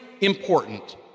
important